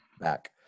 back